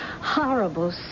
horrible